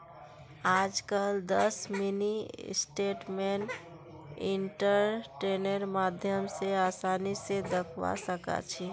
आजकल दस mini statement इन्टरनेटेर माध्यम स आसानी स दखवा सखा छी